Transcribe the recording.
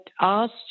asked